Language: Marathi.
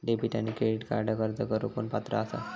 डेबिट आणि क्रेडिट कार्डक अर्ज करुक कोण पात्र आसा?